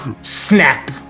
Snap